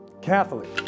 Catholic